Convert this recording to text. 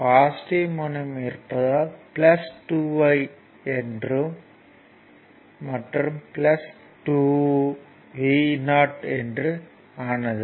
positive முனையம் இருப்பதால் 2 I மற்றும் 2 V o என்று ஆனது